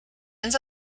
ends